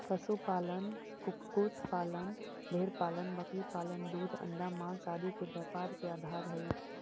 पशुपालन, कुक्कुट पालन, भेंड़पालन बकरीपालन दूध, अण्डा, माँस आदि के व्यापार के आधार हइ